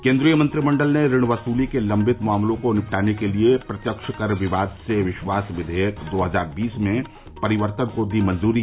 केन्द्रीय मंत्रिमंडल ने ऋण वसूली के लंबित मामलों को निपटाने के लिए प्रत्यक्ष कर विवाद से विश्वास विघेयक दो हजार बीस में परिवर्तन को दी मंजूरी